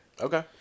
Okay